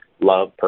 Love